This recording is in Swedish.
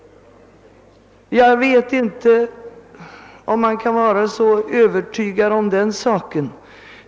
Jag vet inte om man kan vara så övertygad om den saken.